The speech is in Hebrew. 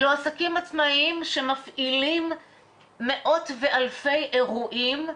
אלו עסקים עצמאיים שמפעילים מאות ואלפי אירועים,